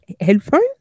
headphones